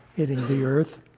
hitting the earth.